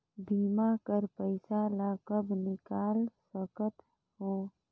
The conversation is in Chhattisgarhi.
बीमा कर पइसा ला कब निकाल सकत हो?